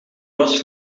was